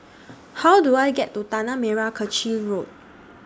How Do I get to Tanah Merah Kechil Road